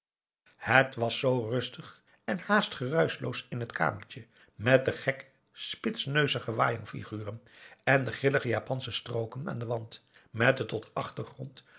het was zoo rustig en haast geruischloos in t kamertje met de gekke spitsneuzige wajangfiguren en de grillige japansche strooken aan den wand met tot achtergrond